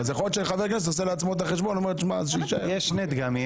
אז יכול להיות שחבר הכנסת עושה לעצמו את החשבון --- יש שני דגמים.